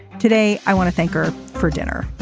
today i want to thank her for dinner.